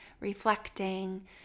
reflecting